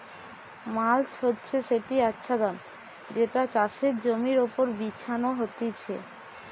mulch হচ্ছে সেটি আচ্ছাদন যেটা চাষের জমির ওপর বিছানো হতিছে